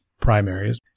primaries